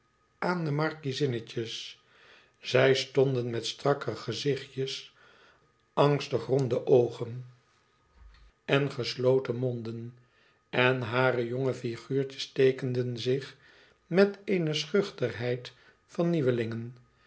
aan de markiezinnetjes zij stonden met strakke gezichtjes angstig ronde oogen en gesloten monden en hare jonge figuurtjes teekenden zich met eene schuchterheid van nieuwelingen